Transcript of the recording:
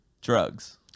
drugs